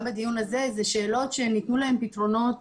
בדיון הזה אלה שאלות שניתנו להם פתרונות